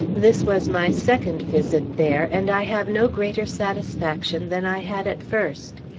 this was my second visit there, and i have no greater satisfaction than i had at first.